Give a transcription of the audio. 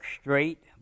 straight